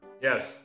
Yes